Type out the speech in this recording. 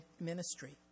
ministry